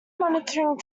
monitoring